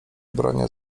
bronią